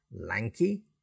lanky